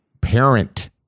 parent